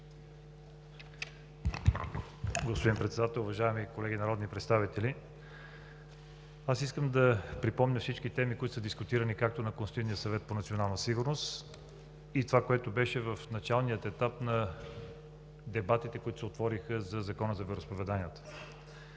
господин Председател, уважаеми колеги народни представители! Аз искам да припомня всички теми, които са дискутирани, както на Консултативния съвет по национална сигурност, и това, което беше в началния етап на дебатите, които се отвориха по Закона за вероизповеданията.